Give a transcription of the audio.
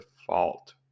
default